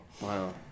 wow